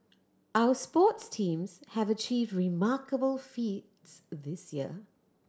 our sports teams have achieved remarkable feats this year